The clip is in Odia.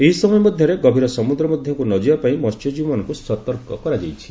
ଏହି ସମୟ ମଧ୍ୟରେ ଗଭୀର ସମ୍ବଦ୍ର ମଧ୍ୟକୁ ନଯିବା ପାଇଁ ମହ୍ୟଜୀବୀମାନଙ୍କୁ ସତର୍କ କରାଯାଇଛି